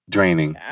Draining